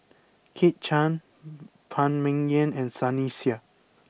Kit Chan Phan Ming Yen and Sunny Sia